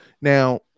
Now